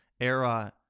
era